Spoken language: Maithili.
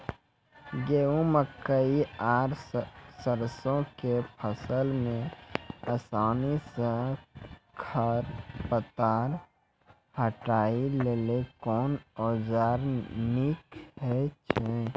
गेहूँ, मकई आर सरसो के फसल मे आसानी सॅ खर पतवार हटावै लेल कून औजार नीक है छै?